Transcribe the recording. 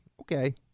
Okay